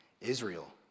Israel